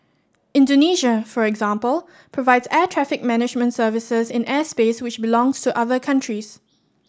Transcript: Indonesia for example provides air traffic management services in airspace which belongs to other countries